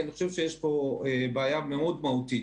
כי אני חושב שיש פה בעיה מאוד מהותית